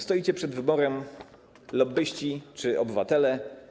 Stoicie przed wyborem: lobbyści czy obywatele.